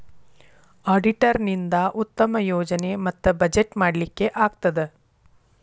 auditor ನಿಂದಾ ಉತ್ತಮ ಯೋಜನೆ ಮತ್ತ ಬಜೆಟ್ ಮಾಡ್ಲಿಕ್ಕೆ ಆಗ್ತದ